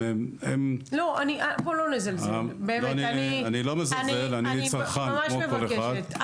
לא, בוא לא נזלזל, באמת, אני ממש מבקשת.